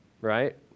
right